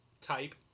type